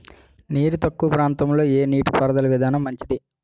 నీరు తక్కువ ప్రాంతంలో ఏ నీటిపారుదల విధానం మంచిది?